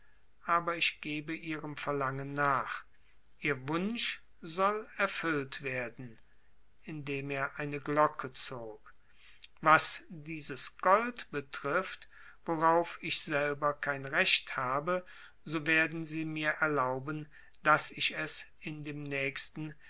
aber ich gebe ihrem verlangen nach ihr wunsch soll erfüllt werden indem er eine glocke zog was dieses gold betrifft worauf ich selber kein recht habe so werden sie mir erlauben daß ich es in dem nächsten